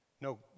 No